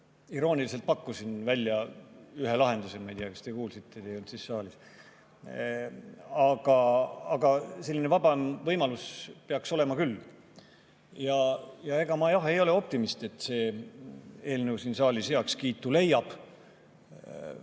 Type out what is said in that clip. irooniliselt pakkusin välja ühe lahenduse. Ma ei tea, kas te kuulsite, te ei olnud siis saalis. Aga selline vabam võimalus peaks olema küll. Ega ma, jah, ei ole optimist, et see eelnõu siin saalis heakskiitu leiab.